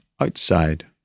outside